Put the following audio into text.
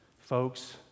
Folks